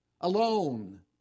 alone